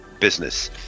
business